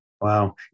Wow